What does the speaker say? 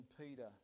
Peter